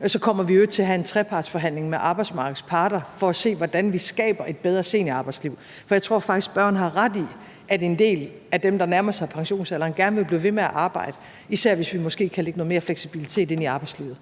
og så kommer vi i øvrigt til at have en trepartsforhandling med arbejdsmarkedets parter for at se, hvordan vi skaber et bedre seniorarbejdsliv. For jeg tror faktisk, at spørgeren har ret i, at en del af dem, der nærmer sig pensionsalderen, gerne vil blive ved med at arbejde, især hvis vi måske kan lægge noget mere fleksibilitet ind i arbejdslivet.